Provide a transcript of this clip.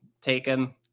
taken